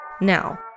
Now